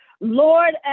Lord